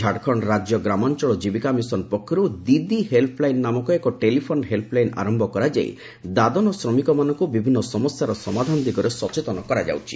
ଝାଡ଼ଖଣ୍ଡ ରାଜ୍ୟଗ୍ରାମାଞ୍ଚଳ ଜୀବିକା ମିଶନ ପକ୍ଷରୁ 'ଦିଦି' ହେଲ୍ସଲାଇନ୍ ନାମକ ଏକ ଟେଲିଫୋନ୍ ହେଲ୍ମଲାଇନ୍ ଆରମ୍ଭ କରାଯାଇ ଦାଦନ ଶ୍ରମିକମାନଙ୍କୁ ବିଭିନ୍ନ ସମସ୍ୟାର ସମାଧାନ ଦିଗରେ ସଚେତନ କରାଯାଉଛି